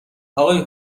آقای